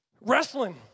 wrestling